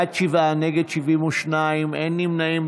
בעד, שבעה, נגד, 72, אין נמנעים.